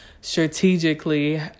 strategically